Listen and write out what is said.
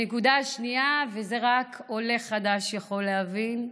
הנקודה השנייה, ואת זה רק עולה חדש יכול להבין,